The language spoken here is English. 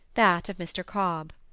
that of mr. cobb.